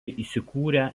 įsikūrę